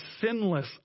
sinless